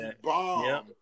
bomb